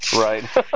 Right